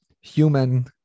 human